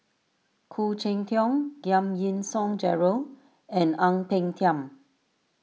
Khoo Cheng Tiong Giam Yean Song Gerald and Ang Peng Tiam